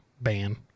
ban